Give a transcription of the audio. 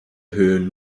höhe